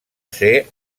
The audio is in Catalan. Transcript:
ser